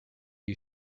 you